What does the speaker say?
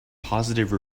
positive